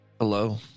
Hello